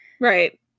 Right